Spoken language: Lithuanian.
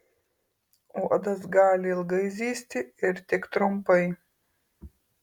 uodas gali ilgai zyzti ir tik trumpai